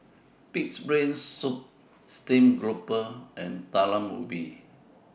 Pig'S Brain Soup Steamed Grouper and Talam Ubi